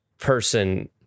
person